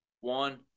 one